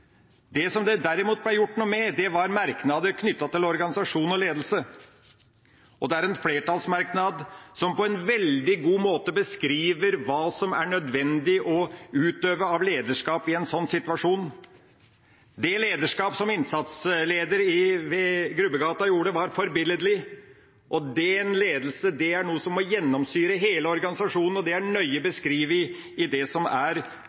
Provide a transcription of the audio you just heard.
Det som det derimot ble gjort noe med, var merknader knyttet til organisasjon og ledelse, og det er en flertallsmerknad som på en veldig god måte beskriver hva som er nødvendig å utøve av lederskap i en sånn situasjon. Det lederskapet som innsatslederen i Grubbegata utøvde, var forbilledlig. Det er en type lederskap som må gjennomsyre hele organisasjonen, og det er nøye beskrevet i det som er